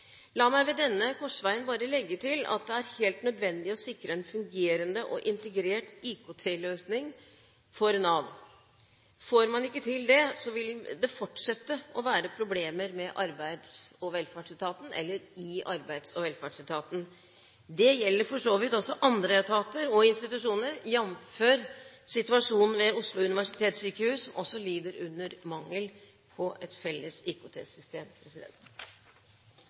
La meg ved denne korsveien bare legge til at det er helt nødvendig å sikre en fungerende og integrert IKT-løsning for Nav. Får man ikke til det, vil det fortsette å være problemer i arbeids- og velferdsetaten. Det gjelder for så vidt også andre etater og institusjoner, jf. situasjonen ved Oslo universitetssykehus, som også lider under mangel på et felles